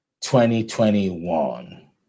2021